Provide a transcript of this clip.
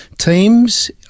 teams